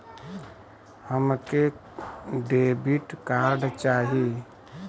हमके debit card चाही?